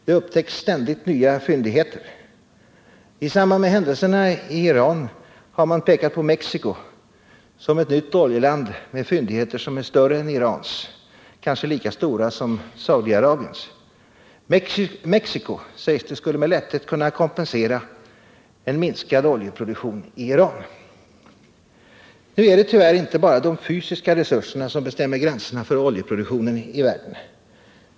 Det upptäcks ständigt nya fyndigheter. I samband med händelserna i Iran har man pekat på Mexico som ett nytt oljeland med fyndigheter som är större än Irans, kanske lika stora som Saudi-Arabiens. Mexico, sägs det, skulle med lätthet kunna kompensera en minskad oljeproduktion i Iran. Nu är det tyvärr inte bara de fysiska resurserna som bestämmer gränserna för oljeproduktionen i världen.